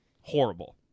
horrible